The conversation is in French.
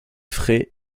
frais